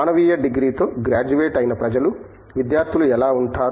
మానవీయ డిగ్రీతో గ్రాడ్యుయేట్ అయిన ప్రజలు విద్యార్థులు ఎలా ఉంటారు